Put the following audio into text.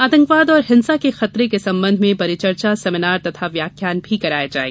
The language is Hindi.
आतंकवाद और हिंसा के खतरे के संबंध में परिचर्चा सेमीनार तथा व्याख्यान भी करवाये जायेंगे